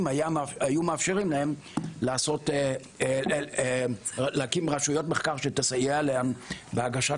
היו מאפשרים להם להקים רשויות מחקר שיסייעו להם בהגשת